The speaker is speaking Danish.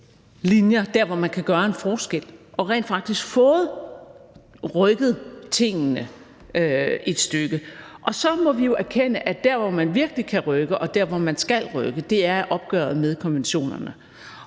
der, hvor man kan gøre en forskel, og rent faktisk fået rykket tingene et stykke. Og så må vi jo erkende, at der, hvor man virkelig kan rykke, og der, hvor man skal rykke, er opgøret med konventionerne.